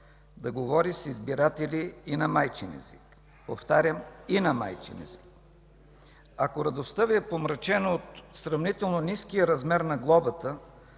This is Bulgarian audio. да говори с избиратели и на майчин език. Повтарям: „и на майчин език”. Ако радостта Ви е помрачена от сравнително ниския размер на глобата,